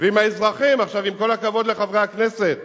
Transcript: ועם האזרחים, עם כל הכבוד לחברי הכנסת.